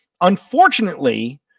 Unfortunately